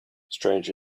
strange